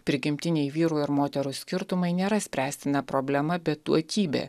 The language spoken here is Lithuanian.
prigimtiniai vyrų ir moterų skirtumai nėra spręstina problema bet duotybė